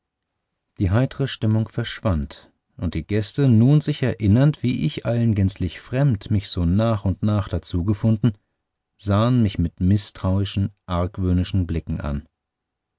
die heitre stimmung verschwand und die gäste nun sich erinnernd wie ich allen gänzlich fremd mich so nach und nach dazu gefunden sahen mich mit mißtrauischen argwöhnischen blicken an